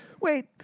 Wait